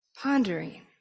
pondering